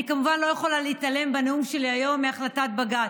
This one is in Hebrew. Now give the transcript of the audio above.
אני כמובן לא יכולה להתעלם בנאום שלי היום מהחלטת בג"ץ.